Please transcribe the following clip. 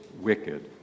wicked